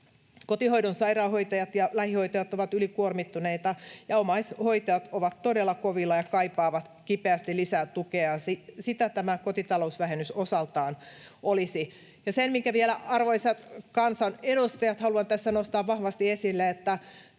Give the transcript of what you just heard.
Kotihoidon sairaanhoitajat ja lähihoitajat ovat ylikuormittuneita, ja omaishoitajat ovat todella kovilla ja kaipaavat kipeästi lisää tukea, ja sitä tämä kotitalousvähennys osaltaan olisi. Vielä, arvoisat kansanedustajat, haluan tässä nostaa vahvasti esille sen, että